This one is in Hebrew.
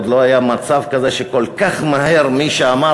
עוד לא היה מצב כזה שכל כך מהר מי שאמר